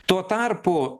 tuo tarpu